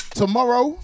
tomorrow